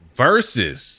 versus